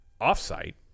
off-site